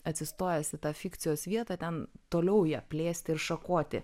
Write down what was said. atsistojęs į tą fikcijos vietą ten toliau ją plėsti ir šakoti